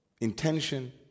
intention